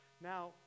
Now